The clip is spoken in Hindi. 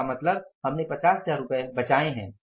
इसका मतलब हमने 50 हजार रुपये बचाए हैं